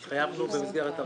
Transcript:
כך התחייבנו במסגרת הרפורמה.